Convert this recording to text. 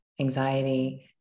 anxiety